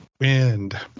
Wind